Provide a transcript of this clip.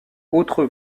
autres